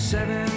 Seven